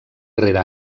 rere